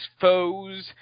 foes